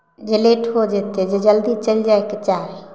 जे लेट हो जेतै जे जल्दी चलि जाइके चाही